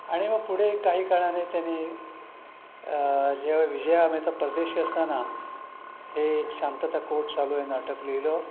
आणि मग पुढे काही काळाने त्याने जेव्हा विजया मेहता परदेशी असताना हे शांतता कोर्ट चालू आहे नाटक लिहिलं